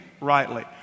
rightly